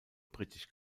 britisch